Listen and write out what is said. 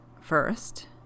first